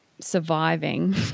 surviving